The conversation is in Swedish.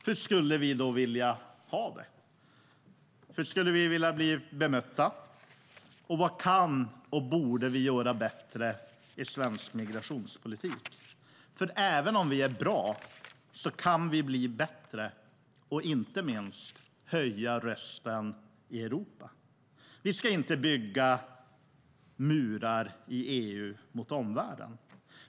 Hur skulle vi då vilja ha det, och hur skulle vi vilja bli bemötta? Vad kan och borde vi göra bättre i svensk migrationspolitik? Även om vi är bra kan vi bli bättre och inte minst höja rösten i Europa. Vi ska inte bygga murar i EU mot omvärlden.